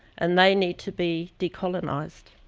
and they need to be decolonized.